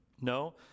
No